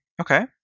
okay